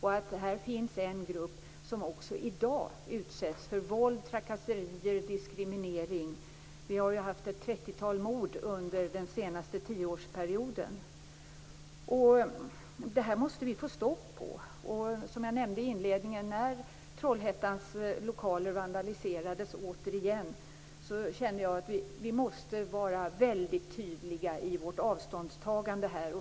Här finns en grupp som också i dag utsätts för våld, trakasserier och diskriminering. Vi har ju haft ett trettiotal mord under den senaste tioårsperioden. Det här måste vi få stopp på. När lokalerna i Trollhättan återigen vandaliserats känner jag att vi måste vara väldigt tydliga i vårt avståndstagande här.